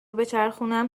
بچرخونم